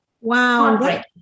Wow